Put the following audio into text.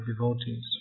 devotees